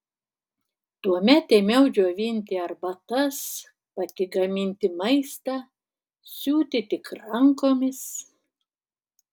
tuomet ėmiau džiovinti arbatas pati gaminti maistą siūti tik rankomis